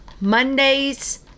Mondays